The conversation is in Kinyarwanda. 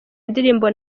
indirimbo